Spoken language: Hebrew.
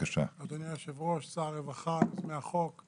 אדוני היושב-ראש, שר הרווחה, יוזמי החוק,